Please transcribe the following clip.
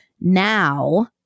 now